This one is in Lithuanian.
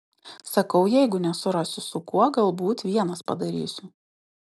sakau jeigu nesurasiu su kuo galbūt vienas padarysiu